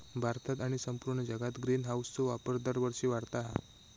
भारतात आणि संपूर्ण जगात ग्रीनहाऊसचो वापर दरवर्षी वाढता हा